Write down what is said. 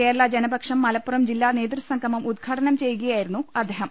കേരള ജന പക്ഷം മലപ്പുറം ജില്ലാനേതൃസംഗമം ഉദ്ഘാടനം ചെയ്യു കയായിരുന്നു അദ്ദേഹം